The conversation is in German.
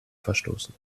verstoßen